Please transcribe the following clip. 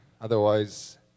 Otherwise